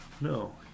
No